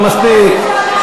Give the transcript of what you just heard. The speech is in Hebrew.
נו, מספיק.